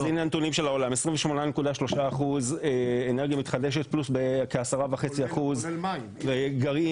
אז הנה הנתונים של העולם: 28.3% אנרגיה מתחדשת פלוס כ-10.5% גרעין,